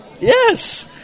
Yes